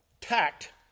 Tact